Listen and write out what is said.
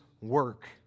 work